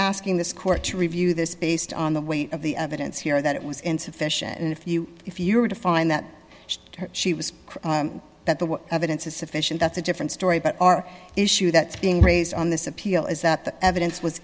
asking this court to review this based on the weight of the evidence here that it was insufficient and if you if you were to find that she was that the evidence is sufficient that's a different story but our issue that's being raised on this appeal is that the evidence was